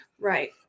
Right